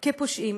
פושעים.